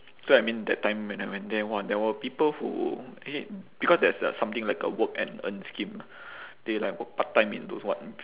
so I mean that time when I went there !wah! there were people who is it because there's something like a work and earn scheme they like work part time in those what